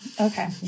Okay